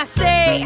say